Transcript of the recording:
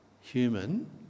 human